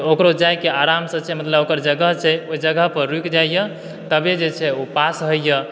तऽ ओकरो जायके आराम सॅं चलेलक ओकर जगह छै ओहि जगह पर रूकि जाइया तबे जे छै ओ पास होइया